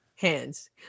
hands